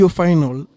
final